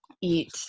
eat